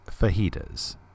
fajitas